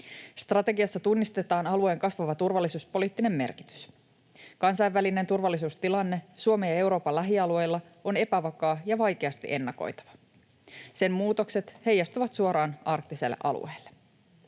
Strategiassa tunnistetaan alueen kasvava turvallisuuspoliittinen merkitys. Kansainvälinen turvallisuustilanne Suomen ja Euroopan lähialueilla on epävakaa ja vaikeasti ennakoitava. Sen muutokset heijastuvat suoraan arktiselle alueelle.